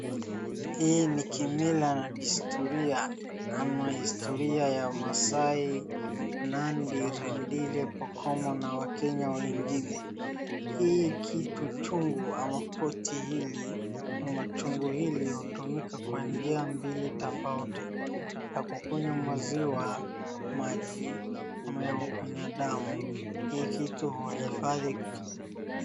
Hii ni kimila na desturia ama historia ya masai, nandi, rendile pokomo na wakenya wengine. Hii kitu chungu ama poti hili ama chungu iliyotumika kwa njia mbili tofauti ya kukunywa maziwa maji ama kukunywa damu. Hii kitu huifadhi